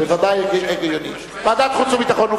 ודאי הגיוני, ועדת חוץ וביטחון.